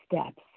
steps